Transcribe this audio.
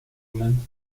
england